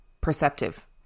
perceptive